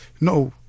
no